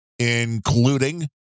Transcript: including